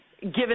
given